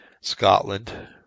Scotland